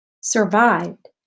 survived